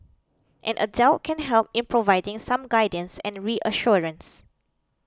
an adult can help in providing some guidance and reassurance